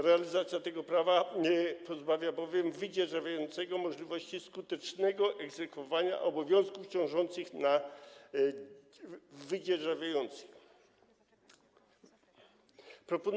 Realizacja tego prawa pozbawia bowiem wydzierżawiającego możliwości skutecznego egzekwowania obowiązków ciążących na wydzierżawiającym.